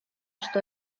что